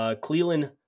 Cleveland